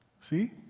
See